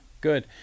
Good